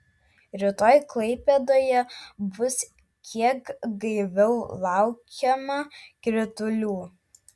rytoj klaipėdoje bus kiek gaiviau laukiama kritulių